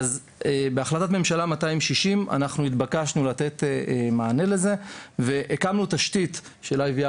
בהחלטת ממשלה 260 אנחנו נתבקשנו לתת מענה לזה והקמנו תשתית של IVR